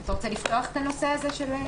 אתה רוצה לפתוח את הנושא הזה?